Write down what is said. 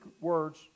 words